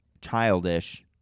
childish